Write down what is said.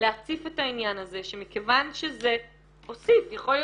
להציף את העניין הזה שמכוון שזה- -- יכול להיות